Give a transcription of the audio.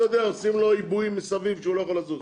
רואה שעושים לו עיבויים מסביב שהוא לא יכול לזוז.